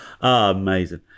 Amazing